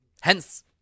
Hence